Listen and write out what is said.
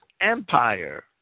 empire